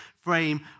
frame